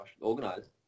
Organized